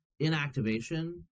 inactivation